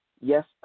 yes